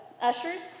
ushers